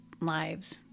lives